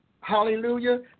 hallelujah